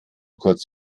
kurz